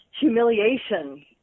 humiliation